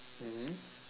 mmhmm